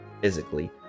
physically